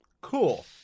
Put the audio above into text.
cool